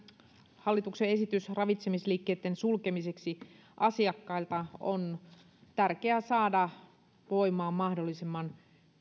hallituksen esitys ravitsemisliikkeitten sulkemiseksi asiakkailta on tärkeä saada voimaan mahdollisimman